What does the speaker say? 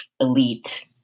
elite